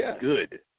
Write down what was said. good